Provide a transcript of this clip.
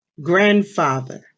Grandfather